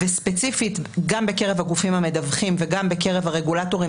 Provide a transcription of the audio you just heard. וספציפית גם בקרב הגופים המדווחים וגם בקרב הרגולטורים